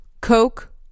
Coke